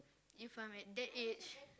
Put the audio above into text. if I'm at that age